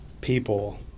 people